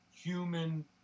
human